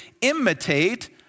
imitate